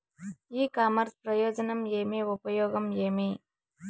ఇ commerce ప్రయోజనం ఏమి? ఉపయోగం ఏమి?